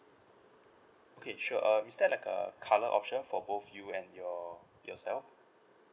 okay sure um is there like a colour option for both you and your yourself